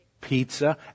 pizza